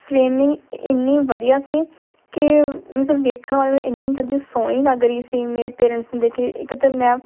framing ਇੰਨੀ ਵਧੀਆ ਸੀ ਕਿ ਮੀਨਜ਼ ਵੇਖਣ ਵਾਲੇ ਨੂੰ ਇੰਨੀ ਜ਼ਿਆਦਾ ਸੋਹਣੀ ਲੱਗ ਰਹੀ ਸੀ ਮੇਰੇ ਪੇਰੈਂਟਸ ਨੂੰ ਦੇਖ ਕੇ ਇੱਕ ਤਾਂ ਮੈਂ